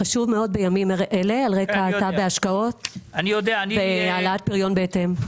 חשוב מאוד בימים אלה על רקע צד ההשקעות והעלאת פריון בהתאם.